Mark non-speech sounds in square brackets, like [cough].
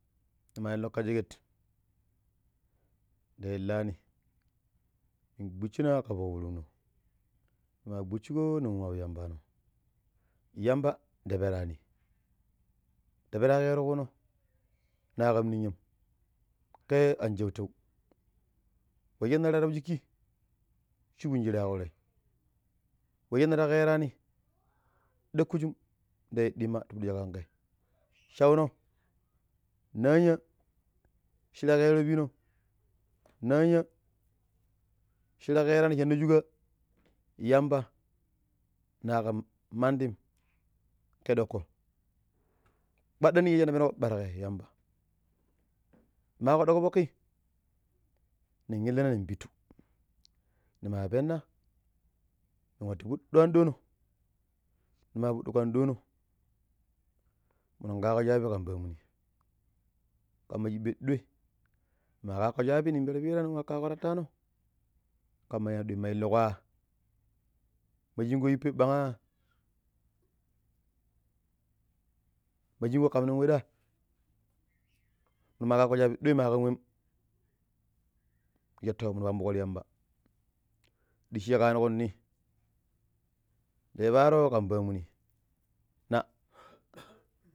﻿Nima illiƙo ka sheket nda illani nin gbusina̱ ƙa foƙ furumno nima gbushuko ning waabu yambano̱ [noise] yamba, nda perani nda pera ƙeroƙuno [noise] nakan ninya̱m ƙe an shautau, we shine tatabu shiki shubun shiraƙo te ye wa shine nar kerani [noise] dackujukum ndayi ɗimma ti piɗi shi kange [noise] shauno na̱nya̱ shira ƙero pino na̱nya̱ shira ƙerani shanne shuka̱ yamba na ƙan madim ƙa doƙƙo kpaɗam ninya̱ shine penuƙo ɓaaraƙe yamba [noise] ni ma kwadugo fuki nin illina nin pittu ima penna nen watu fuɗo ando no nima fudugo ando no minun kago shabi kan pomuni kamma shiba ɗuai ma kako shabi pero piira ning wa ƙaaƙo tatano kama yada ma illuƙoa ma shin ko yippei bangh ma shinko ƙam nina weɗa̱? minu ma ƙaaƙo shaabi doi ma kamwem na ja to minu pambuƙo ti yamba ɗiishi ƙanuɗo ni? da yii paaro ƙan pa̱a̱muni [noise]